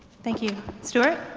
thank you. stuart?